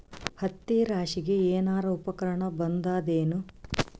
ಹತ್ತಿ ರಾಶಿಗಿ ಏನಾರು ಉಪಕರಣ ಬಂದದ ಏನು?